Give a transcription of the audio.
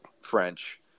French